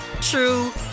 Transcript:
true